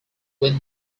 when